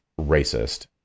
racist